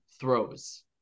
throws